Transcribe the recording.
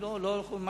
מה שתחליט.